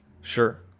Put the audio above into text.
sure